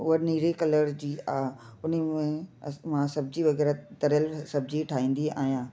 उहा नीरे कलर जी आहे उन में मां सब्जी वग़ैरह तरियल सब्जी ठाहींदी आहियां